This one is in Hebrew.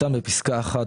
בפסקה (1),